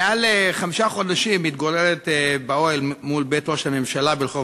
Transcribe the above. מעל חמישה חודשים מתגוררת באוהל מול בית ראש הממשלה ברחוב